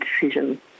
decision